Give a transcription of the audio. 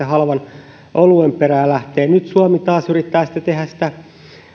halvan oluen perään lähteä nyt suomi taas yrittää tehdä sitä